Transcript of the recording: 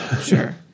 Sure